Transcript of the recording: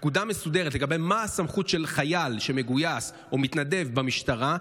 ופקודה מסודרת לגבי הסמכות של חייל שמגויס או מתנדב במשטרה,